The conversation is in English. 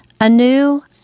anew